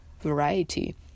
variety